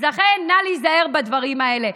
אז לכן, נא להיזהר בדברים האלה.